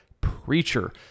preacher